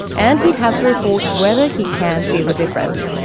and he'd have to report whether he can feel a difference.